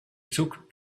took